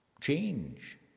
change